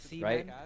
Right